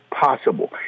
possible